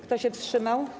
Kto się wstrzymał?